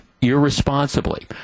irresponsibly